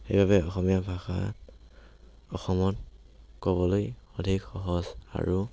সেইবাবে অসমীয়া ভাষা অসমত ক'বলৈ অধিক সহজ আৰু